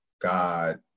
God